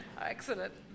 Excellent